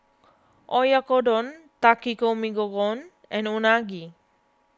Oyakodon Takikomi Gohan and Unagi